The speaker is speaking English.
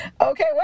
okay